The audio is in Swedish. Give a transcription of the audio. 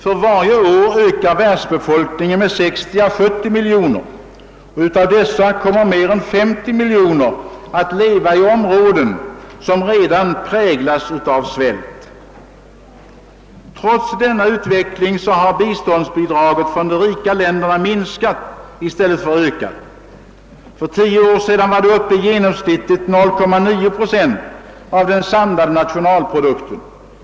För varje år ökar världsbefolkningen med 60 å 70 miljoner, och av dessa kommer mer än 50 miljoner att leva i områden som redan präglas av svält. Trots denna utveckling har biståndsbidragen från de rika länderna minskat i stället för att öka. För tio år sedan var bidragen uppe i genomsnittligt 0,9 procent av den samlade nationalprodukten.